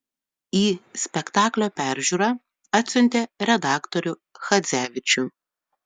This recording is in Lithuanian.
į spektaklio peržiūrą atsiuntė redaktorių chadzevičių